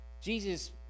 Jesus